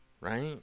right